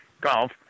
golf